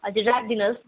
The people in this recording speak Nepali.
हजुर राखिदिनुहोस् न